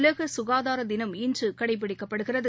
உலகசுகாதாரதினம் இன்றுகடைபிடிக்கப்படுகிறது